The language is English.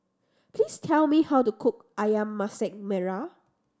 please tell me how to cook Ayam Masak Merah